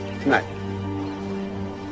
tonight